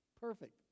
perfect